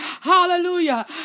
hallelujah